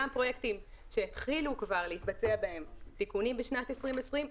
גם פרויקטים שהתחילו כבר להתבצע בהם תיקונים בשנת 2020,